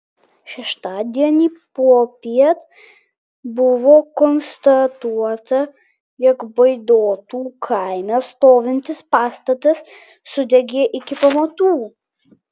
šeštadienį popiet buvo konstatuota jog baidotų kaime stovintis pastatas sudegė iki pamatų